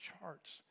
charts